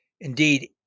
Indeed